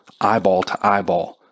eyeball-to-eyeball